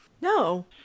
No